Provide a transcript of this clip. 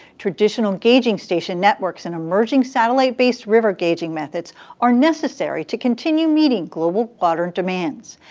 traditional gauging station networks and emerging satellite-based river gauging methods are necessary to continue meeting global water demands,